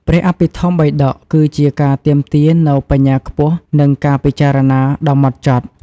ព្រះអភិធម្មបិដក គឺជាការទាមទារនូវបញ្ញាខ្ពស់ និងការពិចារណាដ៏ហ្មត់ចត់។